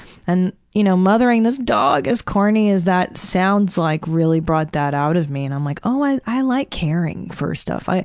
and you know mothering this dog as corny as that sounds, like really brought that out of me. and i'm like, oh i i like caring for stuff.